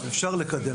אפשר לקדם.